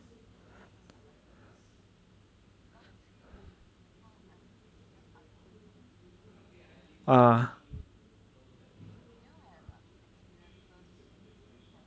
ah